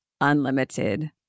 unlimited